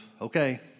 okay